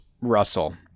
Russell